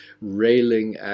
railing